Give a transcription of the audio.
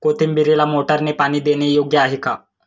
कोथिंबीरीला मोटारने पाणी देणे योग्य आहे का?